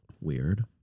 weird